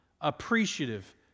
appreciative